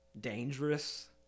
dangerous